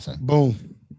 Boom